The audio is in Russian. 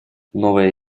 новая